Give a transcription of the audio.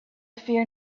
fear